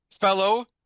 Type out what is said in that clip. fellow